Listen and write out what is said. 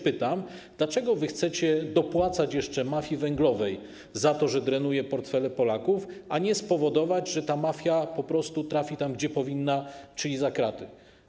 Pytam, dlaczego wy chcecie dopłacać jeszcze mafii węglowej za to, że drenuje portfele Polaków, a nie chcecie spowodować, że ta mafia po prostu trafi tam, gdzie powinna, czyli za kraty.